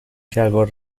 شلوار